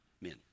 men